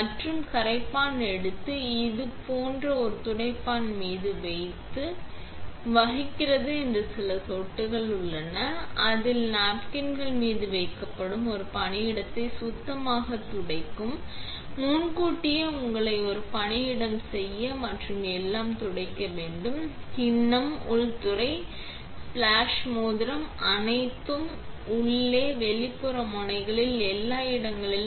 மற்றும் கரைப்பான் எடுத்து இது போன்ற ஒரு துடைப்பான் மீது வைத்து வகிக்கிறது என்று சில சொட்டுகள் உள்ளன அதன் napkins மீது வைக்கப்படும் ஒரு பணியிடத்தை சுத்தமான துடைக்கும் முன்கூட்டியே உங்களை ஒரு பணியிடம் செய்ய மற்றும் எல்லாம் துடைக்க வேண்டும் கிண்ணம் உள்துறை ஸ்பிளாஸ் மோதிரம் அனைத்து chucks உள்ளே வெளிப்புற முனைகளில் எல்லா இடங்களிலும்